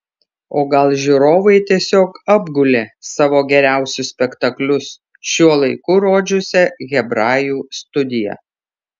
o gal žiūrovai tiesiog apgulė savo geriausius spektaklius šiuo laiku rodžiusią hebrajų studiją